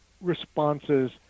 responses